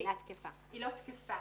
לא תקפה,